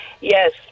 yes